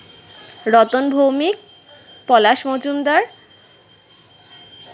Ratan Bhowmik Palash Majumdar